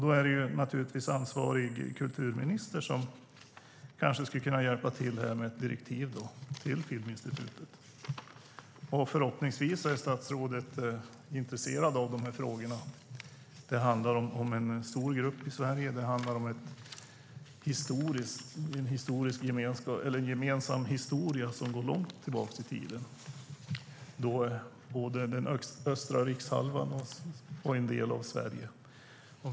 Då är det naturligtvis ansvarig kulturminister som kanske skulle kunna hjälpa till med ett direktiv till Filminstitutet. Förhoppningsvis är statsrådet intresserad av de här frågorna. Det handlar om en stor grupp i Sverige och om en gemensam historia som går långt tillbaka i tiden med både den östra rikshalvan och en del av Sverige.